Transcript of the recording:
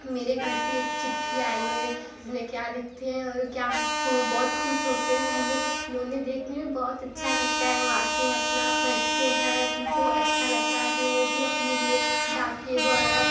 मेरे घर से यह चिट्ठी आई है इसमें क्या लिखते हैं और क्या वह बहुत ख़ुश होते हैं हमें मैं उन्हें देखने में बहुत अच्छा लगता है वह आते हैं अपना पढ़ते हैं उनको अच्छा लगता फिर वह भी अपने लिए डाकिए द्वारा